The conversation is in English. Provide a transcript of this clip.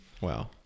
Wow